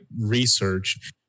research